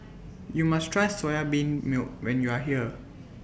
YOU must Try Soya Bean Milk when YOU Are here